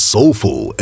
Soulful